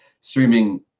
streaming